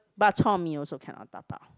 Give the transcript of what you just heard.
bak-chor-mee also cannot dabao